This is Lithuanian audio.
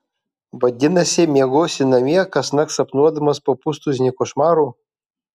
vadinasi miegosi namie kasnakt sapnuodamas po pustuzinį košmarų